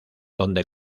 donde